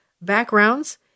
backgrounds